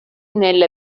nelle